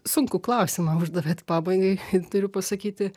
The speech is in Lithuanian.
sunkų klausimą uždavėt pabaigai turiu pasakyti